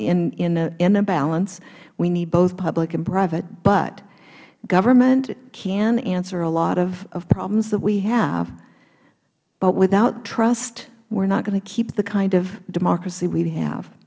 ea in a balance we need both public and private but government can answer a lot of problems that we have but without trust we are not going to keep the kind of democracy we ha